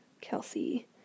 Kelsey